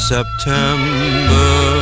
September